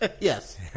Yes